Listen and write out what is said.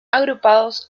agrupados